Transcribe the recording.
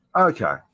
Okay